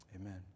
amen